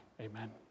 Amen